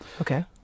Okay